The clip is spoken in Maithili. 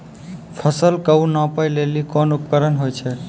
फसल कऽ नापै लेली कोन उपकरण होय छै?